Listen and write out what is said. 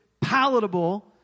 palatable